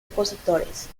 opositores